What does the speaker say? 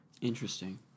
Interesting